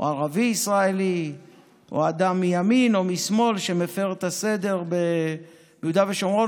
או לערבי ישראלי או לאדם מימין או משמאל שמפר את הסדר ביהודה ושומרון,